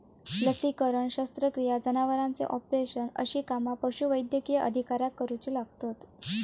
लसीकरण, शस्त्रक्रिया, जनावरांचे ऑपरेशन अशी कामा पशुवैद्यकीय अधिकाऱ्याक करुची लागतत